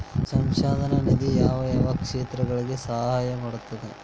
ಸಂಶೋಧನಾ ನಿಧಿ ಯಾವ್ಯಾವ ಕ್ಷೇತ್ರಗಳಿಗಿ ಸಹಾಯ ಮಾಡ್ತದ